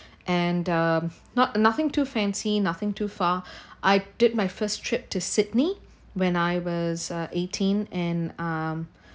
and um not nothing too fancy nothing too far I did my first trip to sydney when I was uh eighteen and um